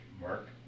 mark